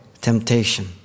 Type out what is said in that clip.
temptation